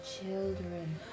children